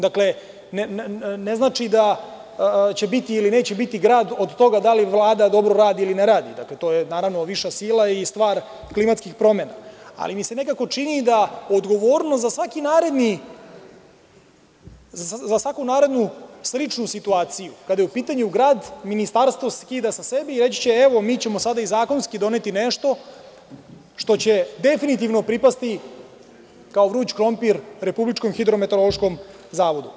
Dakle, ne znači da će biti ili neće biti grad od toga da li Vlada dobro radi ili ne radi, to je viša sila i stvar klimatskih promena, ali mi se nekako čini da odgovornost za svaku narednu sličnu situaciju kada je u pitanju grad Ministarstvo skida sa sebe i reći će – evo, mi ćemo sada i zakonski doneti nešto što će definitivno pripasti kao vruć krompir Republičkom hidrometeorološkom zavodu.